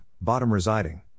bottom-residing